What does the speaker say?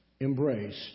embraced